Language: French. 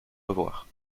revoir